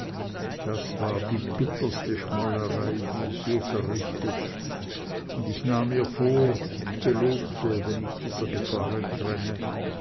das war die bitterste schmollerei die ich je verrichtet und ich nahm mir vor und gelobte wenn ich dieser gefahr entränne